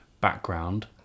background